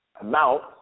amount